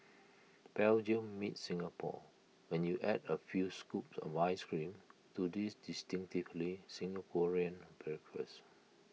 Belgium meets Singapore when you add A few scoops of Ice Cream to this distinctively Singaporean breakfast